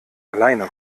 alleine